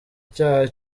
cyaha